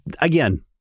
again